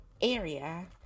area